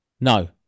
no